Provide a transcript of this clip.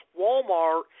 Walmart